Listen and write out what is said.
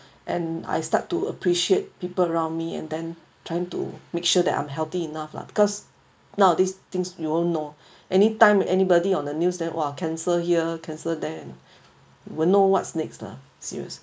and I start to appreciate people around me and then trying to make sure that I'm healthy enough lah because nowadays things you won't know anytime anybody on the news that !wah! cancer here cancer there we won't know what's next lah serious